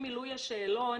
ממילוי השאלון,